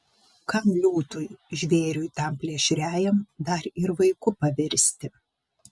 kam liūtui žvėriui tam plėšriajam dar ir vaiku pavirsti